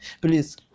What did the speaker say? Please